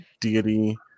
deity